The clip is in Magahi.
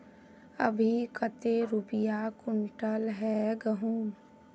अभी कते रुपया कुंटल है गहुम?